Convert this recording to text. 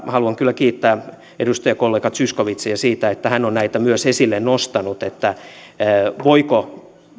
haluan kyllä kiittää edustajakollega zyskowiczia siitä että hän on näitä myös esille nostanut voiko